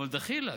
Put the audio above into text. אבל דחילכ,